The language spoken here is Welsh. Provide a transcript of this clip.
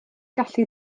gallu